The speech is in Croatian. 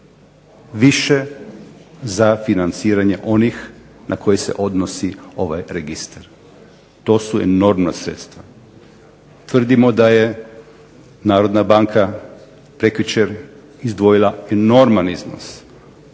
više za financiranje onih na koje se odnosi ovaj registar. To su enormna sredstva. Tvrdim da je Narodna banka prekjučer izdvojila enorman iznos